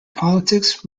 politics